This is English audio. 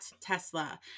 Tesla